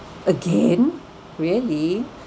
again really